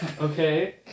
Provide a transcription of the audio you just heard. Okay